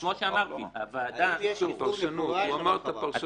האם יש איסור מפורש על הרחבה?